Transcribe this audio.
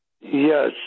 Yes